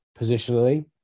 positionally